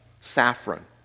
saffron